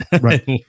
right